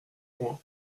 loing